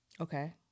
Okay